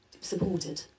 supported